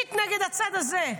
מסית נגד הצד הזה,